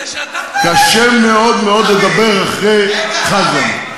קשה מאוד מאוד לדבר אחרי חזן.